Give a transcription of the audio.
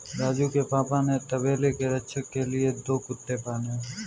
राजू के पापा ने तबेले के रक्षा के लिए दो कुत्ते पाले हैं